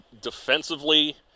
defensively